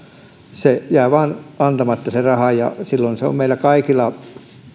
se raha jää vain antamatta ja silloin se on meillä kaikilla